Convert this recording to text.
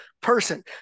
person